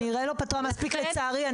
היא כנראה לא פתרה מספיק לצערי.